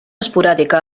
esporàdica